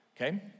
okay